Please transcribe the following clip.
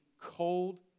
cold